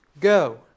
Go